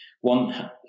One